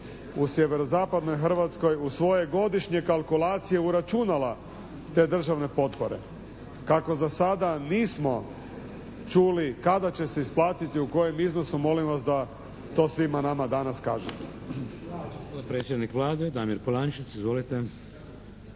u sjevero-zapadnoj Hrvatskoj u svoje godišnje kalkulacije uračunala te državne potpore. Kako za sada nismo čuli kada će se isplatiti i u kojem iznosu molim vas da to svima nama danas kažete.